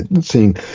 Seeing